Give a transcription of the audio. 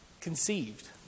conceived